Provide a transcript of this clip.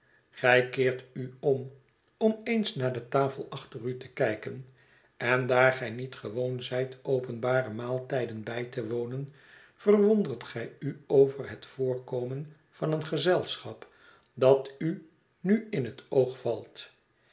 gij keert u om om eens naar detafel achter u te kijken en daar gij niet gewoon zijt openbare maaltijden bij te wonen verwondert gij u over het voorkomen van een gezelschap dat u nu in het oog valt